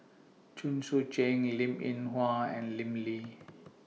Chen Sucheng Linn in Hua and Lim Lee